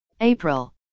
April